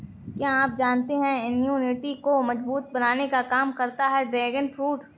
क्या आप जानते है इम्यूनिटी को मजबूत बनाने का काम करता है ड्रैगन फ्रूट?